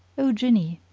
o jinni,